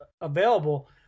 available